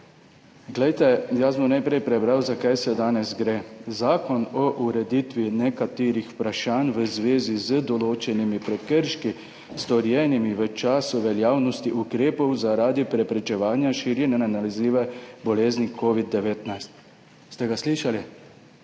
Najprej bom prebral, za kaj danes gre: zakon o ureditvi nekaterih vprašanj v zvezi z določenimi prekrški, storjenimi v času veljavnosti ukrepov zaradi preprečevanja širjenja nalezljive bolezni COVID-19. Ste ga slišali?